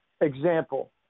Example